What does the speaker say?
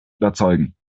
überzeugen